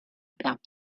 about